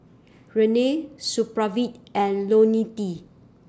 Rene Supravit and Ionil T